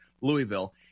Louisville